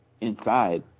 inside